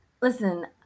Listen